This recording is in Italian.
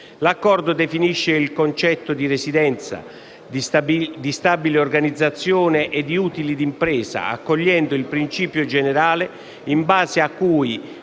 L'accordo definisce il concetto di residenza, di stabile organizzazione e di utili d'impresa, accogliendo il principio generale in base a cui